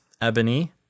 ebony